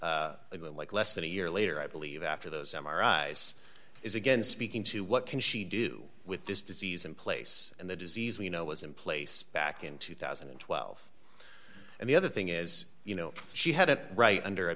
conducted like less than a year later i believe after those m r i s is again speaking to what can she do with this disease in place and the disease we know was in place back in two thousand and twelve and the other thing is you know she had a right under a